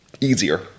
easier